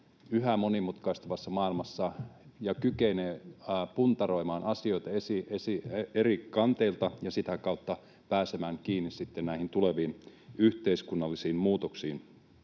yhä monimutkaistuvassa maailmassa pystyy ja kykenee puntaroimaan asioita eri kantilta ja sitä kautta pääsemään kiinni sitten näihin tuleviin yhteiskunnallisiin muutoksiin.